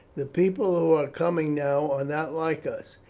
the people who are coming now are not like us.